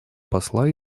посла